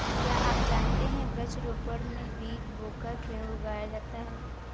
क्या आप जानते है वृक्ष रोपड़ में बीज बोकर पेड़ उगाया जाता है